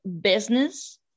business